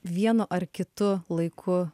vienu ar kitu laiku